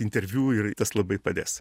interviu ir tas labai padės